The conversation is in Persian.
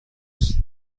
است